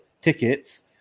tickets